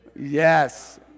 Yes